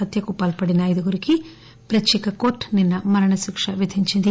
హత్యకు పాల్పడిన ఐదుగురికి ప్రత్యేక కోర్టు నిన్స మరణశిక్ష విధించింది